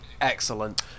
Excellent